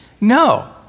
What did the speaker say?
No